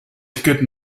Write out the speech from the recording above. ticket